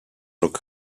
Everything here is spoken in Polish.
rok